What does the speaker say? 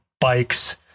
bikes